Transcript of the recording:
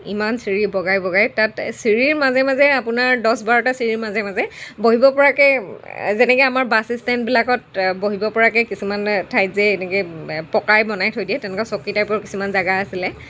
ইমান চিৰি বগাই বগাই তাত চিৰিৰ মাজে মাজে আপোনাৰ দহ বাৰটা চিৰিৰ মাজে মাজে বহিব পৰাকৈ যেনেকৈ আমাৰ বাছ ষ্টেণ্ডবিলাকত বহিব পৰাকৈ কিছুমান ঠাইত যে এনেকে পকাই বনাই থৈ দিয়ে তেনেকুৱা চকী টাইপৰ কিছুমান জেগা আছিলে